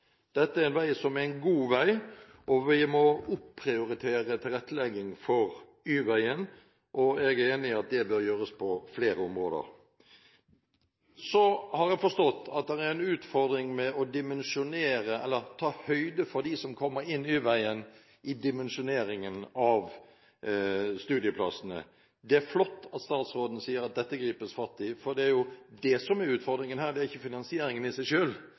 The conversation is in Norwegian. er en god vei. Vi må opp-prioritere tilrettelegging for Y-veien, og jeg er enig i at det bør gjøres på flere områder. Jeg har forstått at det er en utfordring når det gjelder å ta høyde for dem som kommer inn Y-veien, i dimensjoneringen av studieplassene. Det er flott at statsråden sier at dette skal gripes fatt i, for det er jo det som er utfordringen her, ikke finansieringen i seg